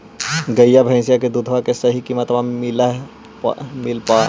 गईया भैसिया के दूधबा के सही किमतबा मिल पा?